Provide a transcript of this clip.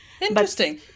interesting